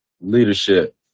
Leadership